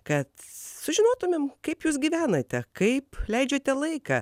kad sužinotumėm kaip jūs gyvenate kaip leidžiate laiką